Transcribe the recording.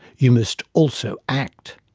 you must also act.